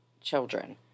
children